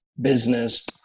business